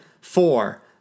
four